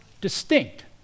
distinct